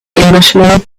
englishman